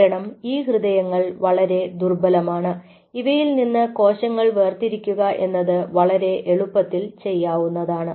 കാരണം ഈ ഹൃദയങ്ങൾ വളരെ ദുർബലമാണ് ഇവയിൽനിന്ന് കോശങ്ങൾ വേർതിരിക്കുക എന്നത് വളരെ എളുപ്പത്തിൽ ചെയ്യാവുന്നതാണ്